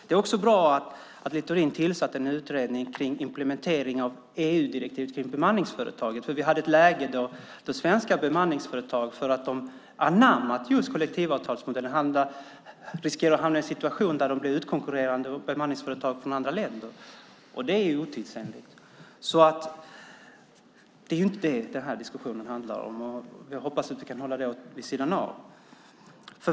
Det är också bra att Littorin tillsatt en utredning om implementeringen av EU-direktivet om bemanningsföretag, för vi hade ett läge där svenska bemanningsföretag för att de anammat kollektivavtalsmodellen riskerade att hamna i en situation där de blev utkonkurrerade av bemanningsföretag från andra länder. Det är otidsenligt. Det är inte detta diskussionen handlar om, och jag hoppas att vi kan hålla det vid sidan av.